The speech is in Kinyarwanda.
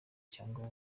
cyangwa